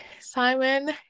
Simon